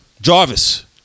Jarvis